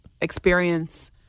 Experience